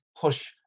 push